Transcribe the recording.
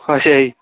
ਅੱਛਾ ਜੀ